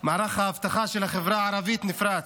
מערך האבטחה של החברה הערבית נפרץ,